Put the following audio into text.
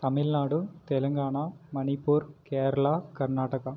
Tamil Nadu Telangana Manipur Kerala Karnataka